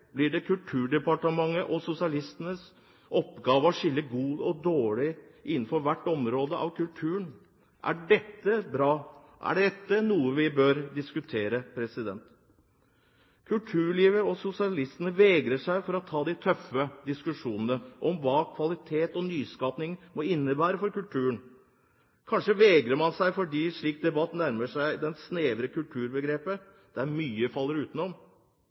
blir det Kulturdepartementet og sosialistenes oppgave å skille godt og dårlig innenfor hvert område av kulturen. Er dette bra? Er dette noe vi bør diskutere? Kulturlivet og sosialistene vegrer seg for å ta de tøffe diskusjonene om hva kvalitet og nyskapning må innebære for kulturen. Kanskje vegrer man seg fordi slik debatt nærmer seg det snevrere kulturbegrepet der mye faller utenom.